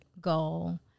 goal